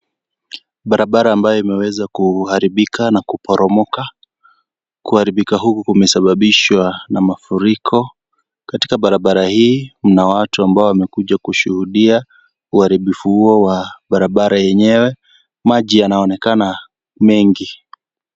Barabara ambaye imeweza kuharibika na kuporomoka. Kuharibika huku kumesababishwa na mafuriko katika barabara hii, mna watu ambao wamekuja kushuhudia uharibifu huo wa barabara yenyewe. Maji yanaonekana mengi.